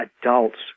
adults